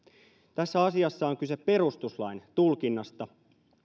tässä asiassa on kyse perustuslain tulkinnasta